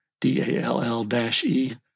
D-A-L-L-DASH-E